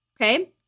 Okay